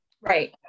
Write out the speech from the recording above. Right